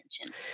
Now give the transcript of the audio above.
attention